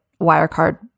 Wirecard